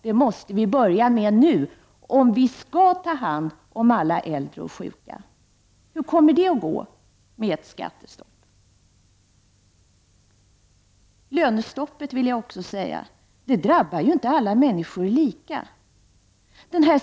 Det måste ske nu, om vi skall ta hand om alla äldre och sjuka. Hur kommer det att vara möjligt med skattestopp? Lönestoppet drabbar ju inte alla människor lika.